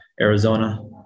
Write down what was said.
Arizona